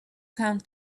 come